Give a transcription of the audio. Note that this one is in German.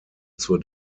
zur